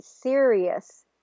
serious